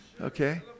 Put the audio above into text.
Okay